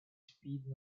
speed